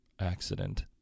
accident